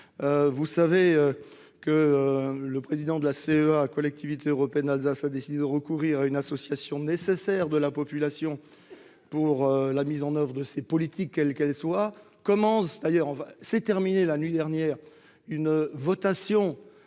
Vous le savez, le président de la CEA, la Collectivité européenne d'Alsace, a décidé de recourir à l'association de la population pour la mise en oeuvre de ses politiques, quelles qu'elles soient. S'est d'ailleurs terminée la nuit dernière une votation